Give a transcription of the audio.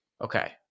Okay